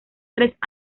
tres